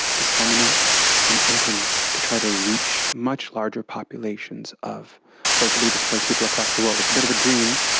disseminate and implement, to try to reach much larger populations of forcibly displaced people across the world. it's a bit of a dream,